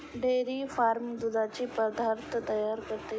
dairy farm दुधाचे पदार्थ तयार करतो